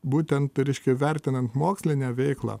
būtent reiškia vertinant mokslinę veiklą